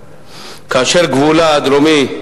כי גם ההתמודדות אתה